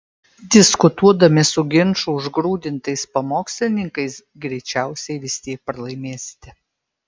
diskutuodami su ginčų užgrūdintais pamokslininkais greičiausiai vis tiek pralaimėsite